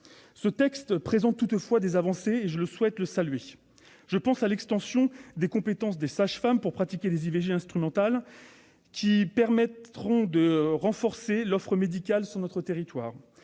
Ce texte présente toutefois des avancées, que je souhaite saluer. Je pense à l'extension des compétences des sages-femmes à la pratique d'IVG instrumentales, qui permettra de renforcer l'offre médicale sur notre territoire.